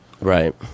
right